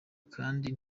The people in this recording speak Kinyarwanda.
kandi